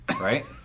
Right